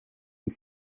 and